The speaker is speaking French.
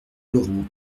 laurent